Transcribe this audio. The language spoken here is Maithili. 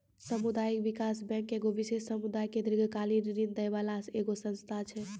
समुदायिक विकास बैंक एगो विशेष समुदाय के दीर्घकालिन ऋण दै बाला एगो संस्था छै